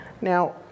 Now